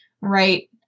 right